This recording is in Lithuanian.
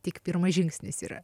tik pirmas žingsnis yra